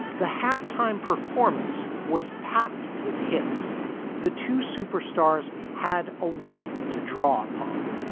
the halftime performance was packed with hits the two superstars had a wealth to draw upon,